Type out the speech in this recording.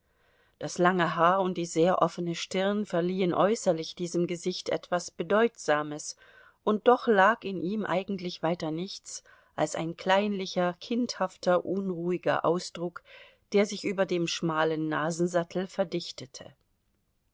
das lange haar und die sehr offene stirn verliehen äußerlich diesem gesicht etwas bedeutsames und doch lag in ihm eigentlich weiter nichts als ein kleinlicher kindhafter unruhiger ausdruck der sich über dem schmalen nasensattel verdichtete